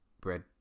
bread